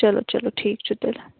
چَلو چَلو ٹھیٖک چھُ تیٚلہِ